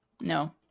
No